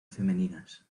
femeninas